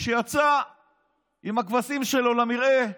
שיצא עם הכבשים שלו למרעה.